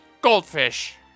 Goldfish